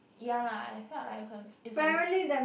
ya lah it felt like it was a